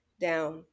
down